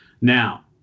Now